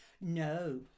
No